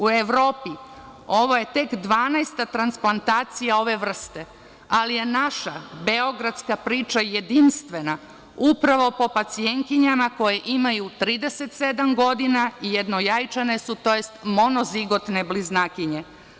U Evropi ovo je tek 12 transplantacija ove vrste, ali je naša beogradska priča jedinstvena upravo po pacijentkinjama koje imaju 37 godina i jednojajčane su tj. monozigotne bliznakinje.